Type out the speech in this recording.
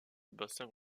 bassin